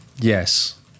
Yes